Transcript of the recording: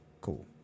cool